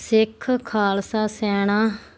ਸਿੱਖ ਖਾਲਸਾ ਸੈਨਾ